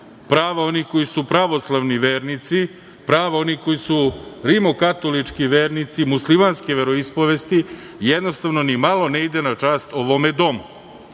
prava onih koji su pravoslavni vernici, prava onih koji su rimokatolički vernici muslimanske veroispovesti. Jednostavno ni malo ne ide na čast ovom domu. Dok